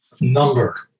number